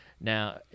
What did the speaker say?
Now